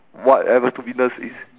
whatever is